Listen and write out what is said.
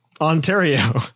Ontario